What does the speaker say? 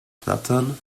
knattern